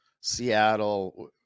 Seattle